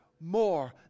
more